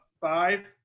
five